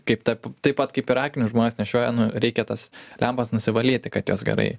kaip tap taip pat kaip ir akinius žmonės nešioja reikia tas lempas nusivalyti kad jos gerai